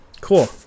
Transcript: cool